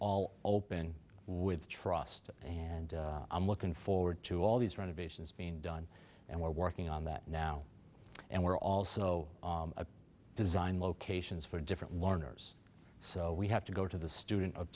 all open with trust and i'm looking forward to all these renovations being done and we're working on that now and we're also a design locations for different learners so we have to go to the student